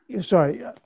Sorry